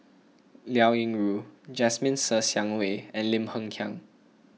Liao Yingru Jasmine Ser Xiang Wei and Lim Hng Kiang